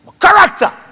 Character